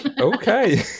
Okay